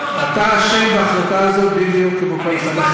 אתה אשם בהחלטה הזאת בדיוק כמו כל אחד אחר,